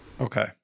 Okay